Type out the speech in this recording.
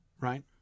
right